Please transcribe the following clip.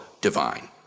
divine